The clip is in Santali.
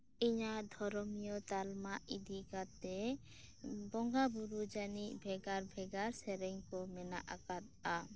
ᱤᱧᱟᱜ ᱫᱷᱚᱨᱚᱢᱤᱭᱟᱹ ᱛᱟᱞᱢᱟ ᱤᱫᱤ ᱠᱟᱛᱮᱫ ᱵᱚᱸᱜᱟ ᱵᱩᱨᱩ ᱡᱟᱹᱱᱤᱡ ᱵᱷᱮᱜᱟᱨ ᱵᱷᱮᱜᱟᱨ ᱥᱮᱨᱮᱧ ᱠᱚ ᱢᱮᱱᱟᱜ ᱟᱠᱟᱫᱟ